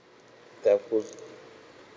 telco